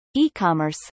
e-commerce